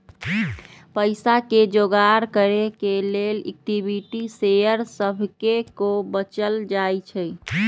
पईसा के जोगार करे के लेल इक्विटी शेयर सभके को बेचल जाइ छइ